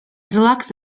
deluxe